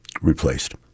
replaced